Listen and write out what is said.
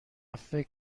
فکر